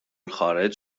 خارج